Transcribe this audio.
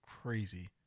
Crazy